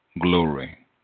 glory